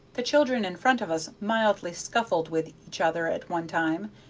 the children in front of us mildly scuffled with each other at one time,